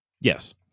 Yes